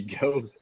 go